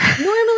normally